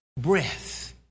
breath